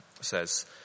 says